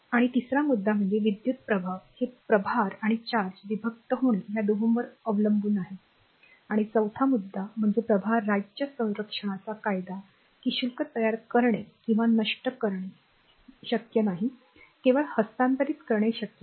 आणि तिसरा मुद्दा म्हणजे विद्युत् प्रभाव हे प्रभार आणि चार्ज विभक्त होणे या दोहोंवर अवलंबून आहेत आणि चौथा मुद्दा म्हणजे प्रभार राज्य संरक्षणाचा कायदा आहे की शुल्क तयार करणे किंवा नष्ट करणे शक्य नाही केवळ हस्तांतरित करणे शक्य आहे